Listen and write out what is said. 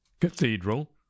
Cathedral